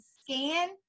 scan